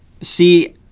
see